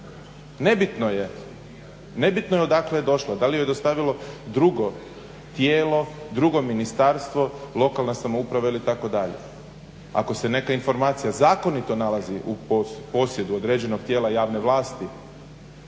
informaciji. Nebitno je odakle je došla, da li ju je dostavilo drugo tijelo, drugo ministarstvo, lokalna samouprava ili itd. Ako se neka informacija zakonito nalazi u posjedu određenog tijela javne vlasti,